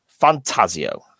fantasio